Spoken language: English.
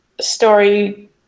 story